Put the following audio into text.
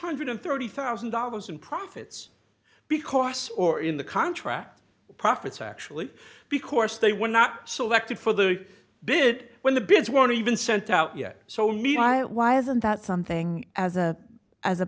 hundred and thirty thousand dollars in profits because or in the contract profits actually be course they were not selected for the bid when the bids one even sent out yet so mean i why isn't that something as a as a